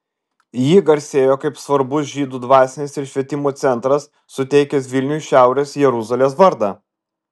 ji garsėjo kaip svarbus žydų dvasinis ir švietimo centras suteikęs vilniui šiaurės jeruzalės vardą